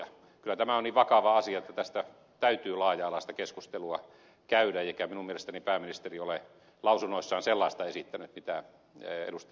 kyllä tämä on niin vakava asia että tästä täytyy laaja alaista keskustelua käydä eikä minun mielestäni pääministeri ole lausunnoissaan sellaista esittänyt mitä ed